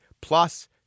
Plus